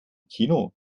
kino